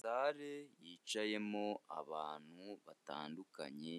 Sare yicayemo abantu batandukanye